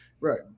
Right